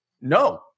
No